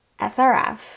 SRF